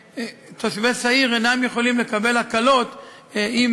תושבי סעיר אינם יכולים לקבל הקלות אם